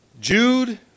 Jude